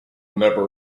never